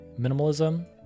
minimalism